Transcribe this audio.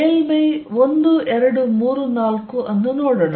ಮೇಲ್ಮೈ 1 2 3 4 ಅನ್ನು ನೋಡೋಣ